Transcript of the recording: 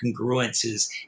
congruences